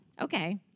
Okay